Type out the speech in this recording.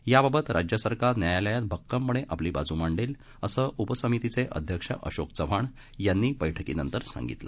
याबाबत राज्य सरकार न्यायालयात भक्कमपणे आपली बाजू मांडेल असे उपसमितीचे अध्यक्ष अशोक चव्हाण यांनी बैठकीनंतर सांगितले